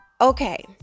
Okay